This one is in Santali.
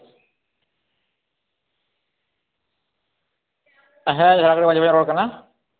ᱦᱮᱸ ᱡᱷᱟᱲᱜᱨᱟᱢ ᱢᱟᱹᱡᱷᱤ ᱵᱟᱵᱟᱧ ᱨᱚᱲ ᱠᱟᱱᱟ